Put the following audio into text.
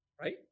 right